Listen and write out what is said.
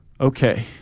Okay